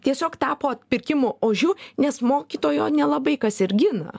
tiesiog tapo atpirkimo ožiu nes mokytojo nelabai kas ir gina